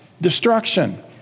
destruction